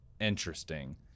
interesting